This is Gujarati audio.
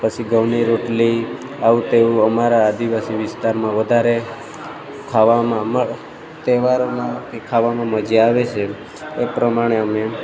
પછી ઘઉંની રોટલી આવું તેવું અમારા આદિવાસી વિસ્તારમાં વધારે ખાવામાં અમાર તહેવારોમાં કે ખાવામાં મજા આવે છે એ પ્રમાણે અમે